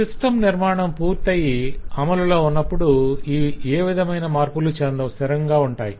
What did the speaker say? system నిర్మాణం పూర్తయి అమలులో ఉన్నప్పుడు ఇవి ఏ విధమైన మార్పులు చెందవు స్థిరంగా ఉంటాయి